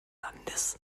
landes